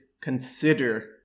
consider